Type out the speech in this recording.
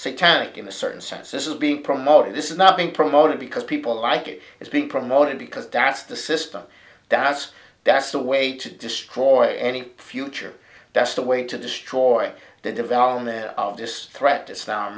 satanic in a certain sense this is being promoted this is not being promoted because people like it is being promoted because that's the system that's that's the way to destroy any future that's the way to destroy the development of this threat is found